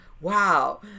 wow